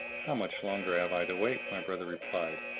how much longer have i to wait, my brother replied,